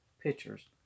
pictures